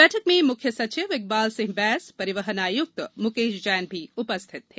बैठक में मुख्य सचिव श्री इकबाल सिंह बैंस परिवहन आयुक्त श्री मुकेश जैन उपस्थित थे